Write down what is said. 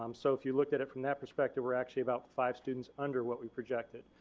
um so if you look at it from that perspective we are actually about five students under what we projected.